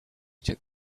took